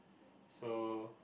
so